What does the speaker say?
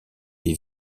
est